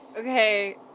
Okay